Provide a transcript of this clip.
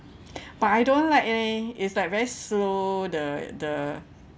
but I don't like eh it's like very slow the the